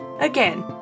Again